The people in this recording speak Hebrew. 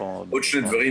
עוד שני דברים.